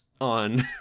on